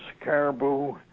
caribou